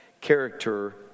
character